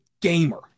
gamer